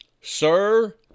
sir